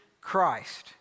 Christ